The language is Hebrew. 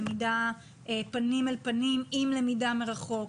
למידה פנים אל פנים עם למידה מרחוק.